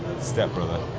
stepbrother